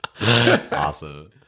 awesome